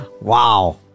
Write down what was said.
Wow